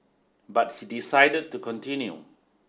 but he decided to continue